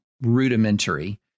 rudimentary